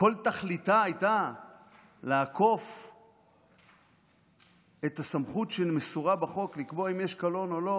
שכל תכליתה הייתה לעקוף את הסמכות שמסורה בחוק לקבוע אם יש קלון או לא